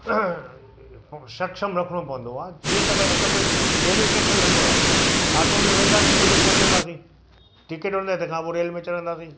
सक्षम रखिणो पवंदो आहे जीअं त भई असांखे रेलवे टेशन वञिणो आहे आटो में वेंदासीं त हुते पहुचंदासीं टिकेट वठंदा तंहिंखां पोइ रेल में चढ़ंदासीं